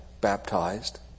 Baptized